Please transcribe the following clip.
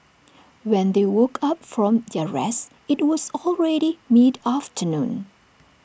when they woke up from their rest IT was already mid afternoon